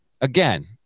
again